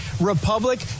Republic